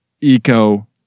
eco